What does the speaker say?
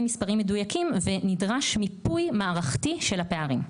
מספריים מדויקים ונדרש מיפוי מערכתי של הפערים.